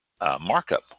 markup